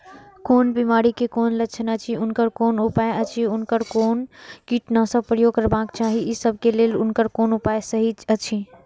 कोन बिमारी के कोन लक्षण अछि उनकर कोन उपाय अछि उनकर कोन कीटनाशक प्रयोग करबाक चाही ई सब के लेल उनकर कोन उपाय सहि अछि?